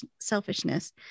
selfishness